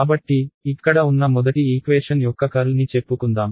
కాబట్టి ఇక్కడ ఉన్న మొదటి ఈక్వేషన్ యొక్క కర్ల్ని చెప్పుకుందాం